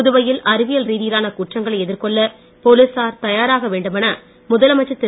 புதுவையில் அறிவியல் ரீதியிலான குற்றங்களை எதிர்கொள்ள போலீசார் தயாராக வேண்டுமென முதலமைச்சர் திரு